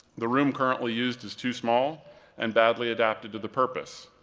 the room currently used is too small and badly adapted to the purpose.